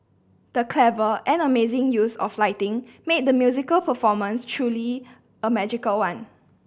the clever and amazing use of lighting made the musical performance truly a magical one